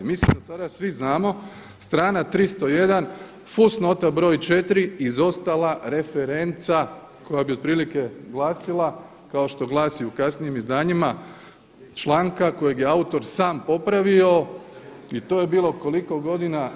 Mi do sada svi znamo strana 301. fusnota broj 4. izostala referenca koja bi otprilike glasila kao što glasi u kasnijim izdanjima članka kojeg je autor sam popravio i to je bilo koliko godina?